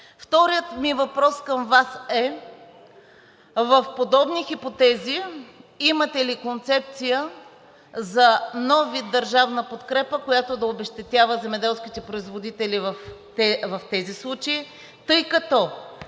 Вторият ми въпрос към Вас е: в подобни хипотези имате ли концепция за нов вид държавна подкрепа, която да обезщетява земеделските производители в тези случаи, тъй като